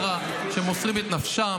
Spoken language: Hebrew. עושים?